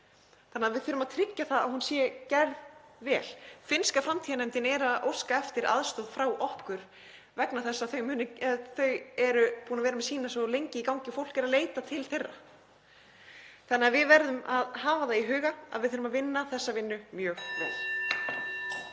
okkur. Við þurfum að tryggja það að hún sé gerð vel. Finnska framtíðarnefndin er að óska eftir aðstoð frá okkur vegna þess að þau eru búin að vera með sína svo lengi í gangi og fólk er að leita til þeirra. Þannig að við verðum að hafa það í huga að við þurfum að vinna þessa vinnu mjög vel.